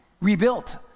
rebuilt